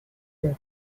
left